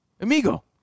amigo